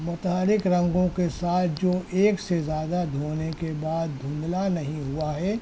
متحرک رنگوں کے ساتھ جو ایک سے زیادہ دھونے کے بعد دھندلا نہیں ہوا ہے